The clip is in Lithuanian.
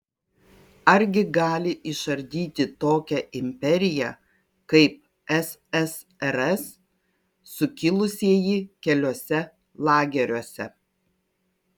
argi gali išardyti tokią imperiją kaip ssrs sukilusieji keliuose lageriuose